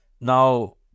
Now